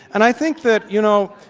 and i think that you know